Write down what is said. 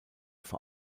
vor